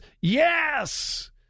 Yes